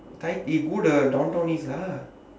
downtown east lah